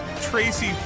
tracy